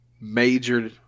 major